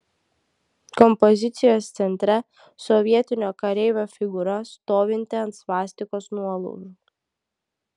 kompozicijos centre sovietinio kareivio figūra stovinti ant svastikos nuolaužų